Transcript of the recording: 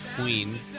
Queen